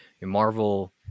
Marvel